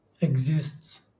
exists